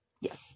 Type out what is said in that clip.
Yes